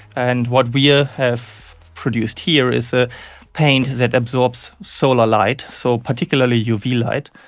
and what we ah have produced here is a paint that absorbs solar light, so particularly uv light,